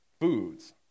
foods